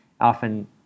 Often